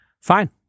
fine